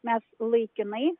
mes laikinai